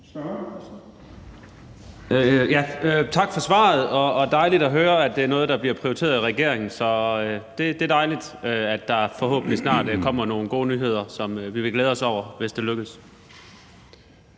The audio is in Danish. Tak for svaret. Det er dejligt at høre, at det er noget, der bliver prioriteret af regeringen. Det er dejligt, at der forhåbentlig snart kommer nogle gode nyheder, som vi vil glæde os over, hvis det lykkes.